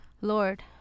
Lord